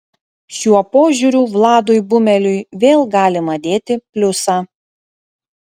šiuo požiūriu vladui bumeliui vėl galima dėti pliusą